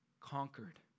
conquered